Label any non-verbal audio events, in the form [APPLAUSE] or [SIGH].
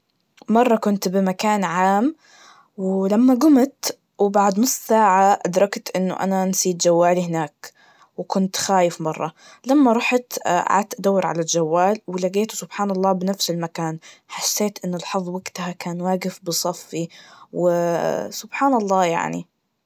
مرة كنت بمكان عام, ولما قمت وبعد نص ساعة, أدركت أنه أنا نسيت جوالي هناك, وكنت خايف مرة, لما رحتأعدت أدور على الجوال, ولقيته سبحان الله بنفس المكان, حسيت إن الحظ وقتها كان واجف بصفي, و [HESITATION] سبحان الله يعني.